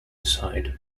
side